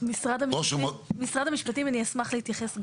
משרד המשפטים, אני אשמח להתייחס גם.